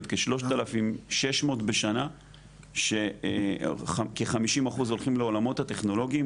כ- 3600 בשנה שכ- 50% הולכים לעולמות הטכנולוגיים,